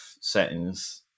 settings